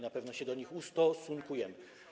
Na pewno się do nich ustosunkujemy.